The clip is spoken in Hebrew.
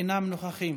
אינם נוכחים,